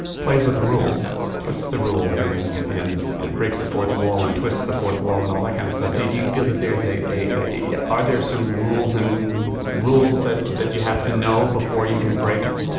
plays with the rules. twists the rules, and and breaks the fourth wall, and twists the fourth wall, and all that kind of stuff. did you feel that there's a a yeah are there some rules, and rules that that you have to know before you can break em?